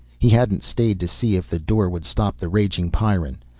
he hadn't stayed to see if the door would stop the raging pyrran.